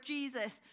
Jesus